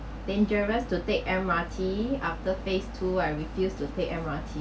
dangerous to take M_R_T after phase two I refused to take M_R_T